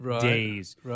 days